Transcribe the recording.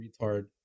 retard